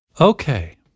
Okay